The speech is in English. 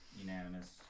unanimous